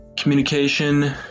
communication